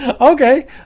Okay